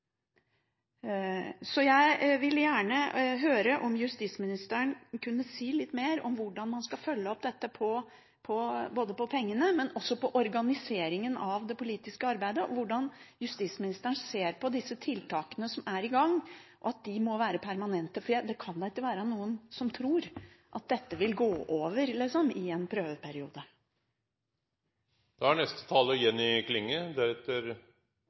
Så jeg vil gjerne høre om justisministeren kunne si litt mer om hvordan man skal følge opp dette både med hensyn til pengene og med hensyn til organiseringen av det politiske arbeidet, og hvordan justisministeren ser på disse tiltakene som er i gang. De må være permanente, for det kan da ikke være noen som tror at dette vil gå over i en prøveperiode. Det er